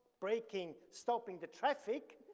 braking, stopping the traffic,